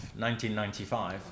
1995